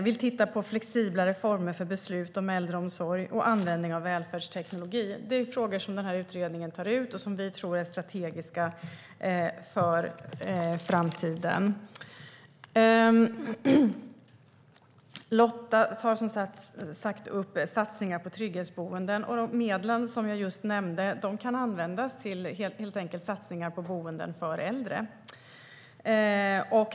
Vi tittar på flexiblare former för beslut om äldreomsorg och användning av välfärdsteknologi. Det är frågor som den här utredningen tar upp och som vi tror är strategiska för framtiden. Lotta tar som sagt upp satsningar på trygghetsboenden. Medlen som jag just nämnde kan helt enkelt användas till satsningar på boenden för äldre.